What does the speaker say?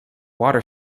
water